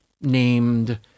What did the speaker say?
named